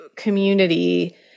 community